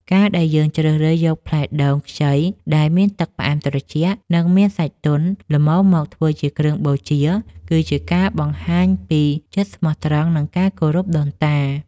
ការដែលយើងជ្រើសរើសយកផ្លែដូងខ្ចីដែលមានទឹកផ្អែមត្រជាក់ និងមានសាច់ទន់ល្មមមកធ្វើជាគ្រឿងបូជា គឺជាការបង្ហាញពីចិត្តស្មោះត្រង់ និងការគោរពដូនតា។